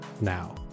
now